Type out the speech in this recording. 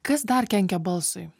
kas dar kenkia balsui